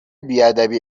بیادبی